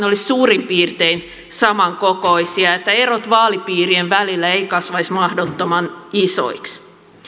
olisivat suurin piirtein samankokoisia ja että erot vaalipiirien välillä eivät kasvaisi mahdottoman isoiksi